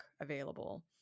available